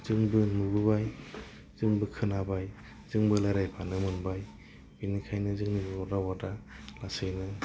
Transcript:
जोंबो नुबोबाय जोंबो खोनाबाय जोंबो रायज्लायफानो मोनबाय बेनिखायनो जोंनि बर' रावा दा लासैनो